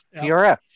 PRF